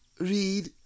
read